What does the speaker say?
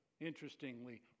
interestingly